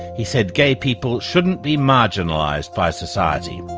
he said gay people shouldn't be marginalised by society.